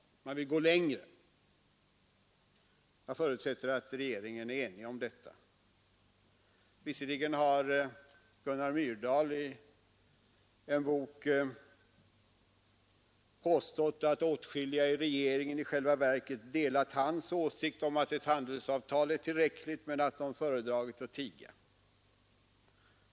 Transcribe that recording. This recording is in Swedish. Man vill gå längre. Jag förutsätter att regeringen är enig om detta. Visserligen har Gunnar Myrdal i en bok påstått att åtskilliga i regeringen i själva verket har delat hans åsikt om att ett handelsavtal är tillräckligt men att de föredragit att tiga.